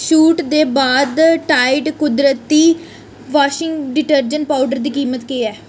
छूट दे बाद टाइड कुदरती वाशिंग डिटर्जेंट पौडर दी कीमत केह् ऐ